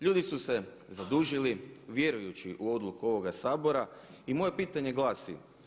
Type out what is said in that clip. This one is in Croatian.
Ljudi su se zadužili vjerujući u odluku ovoga Sabora i moje pitanje glasi.